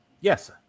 Yes